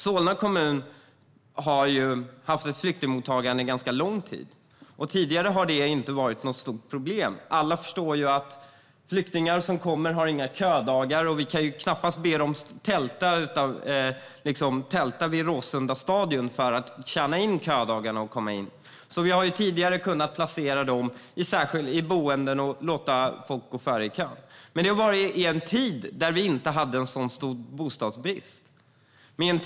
Solna kommun har haft ett flyktingmottagande under ganska lång tid. Tidigare har det inte varit något stort problem. Alla förstår att flyktingar som kommer inte har några ködagar. Vi kan knappast be dem att tälta vid Råsundastadion för att tjäna in ködagar och komma in. Vi har tidigare kunnat låta dem gå före i kön och placera dem i boenden, men det var under en tid då vi inte hade en sådan stor bostadsbrist.